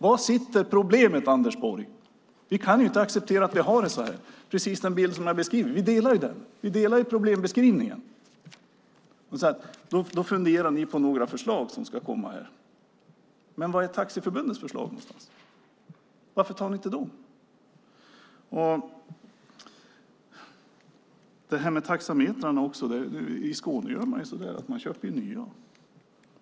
Var ligger problemet, Anders Borg? Vi kan inte ha det som det är nu. Vi delar ju bilden av problembeskrivningen. Anders Borg säger att man funderar på några förslag som ska komma. Var finns Taxiförbundets förslag? Varför tar ni inte dem? När det gäller taxametrarna gör man i Skåne så att man köper nya.